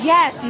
Yes